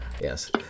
Yes